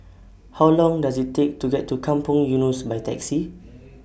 How Long Does IT Take to get to Kampong Eunos By Taxi